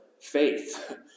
faith